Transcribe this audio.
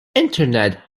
internet